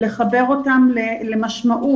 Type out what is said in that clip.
לחבר אותם למשמעות.